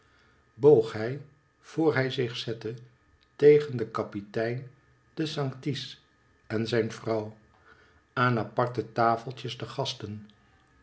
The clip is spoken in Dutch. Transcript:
boog hij voor hij zich zette tegen den kapitein de sanctis en zijn vrouw aan aparte tafeltjes de gasten